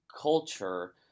culture